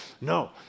No